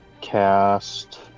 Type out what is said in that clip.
Cast